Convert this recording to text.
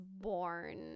born